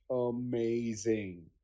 amazing